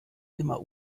immer